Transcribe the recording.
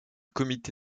comité